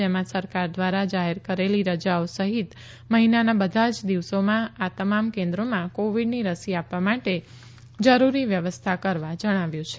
જેમાં સરકાર દ્વારા જાહેર કરેલી રજાઓ સહિત મહિનાના બધા જ દિવસોમાં આ તમામ કેન્દ્રોમાં કોવિડની રસી આપવા માટે જરૂરી વ્યવસ્થા કરવા જણાવ્યું છે